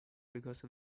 because